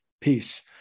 peace